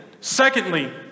Secondly